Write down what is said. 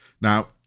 Now